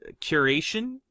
curation